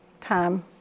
time